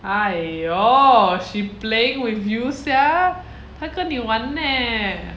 !aiyo! she playing with you sia 她跟你玩 leh